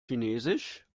chinesisch